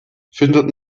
findet